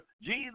Jesus